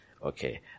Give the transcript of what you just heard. Okay